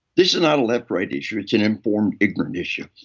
this is not a leftright issue, it's an informed-ignorant issue.